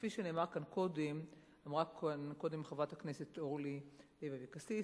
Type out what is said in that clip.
כפי שנאמר כאן קודם אמרה כאן קודם חברת הכנסת אורלי לוי אבקסיס,